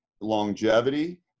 longevity